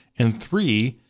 and three,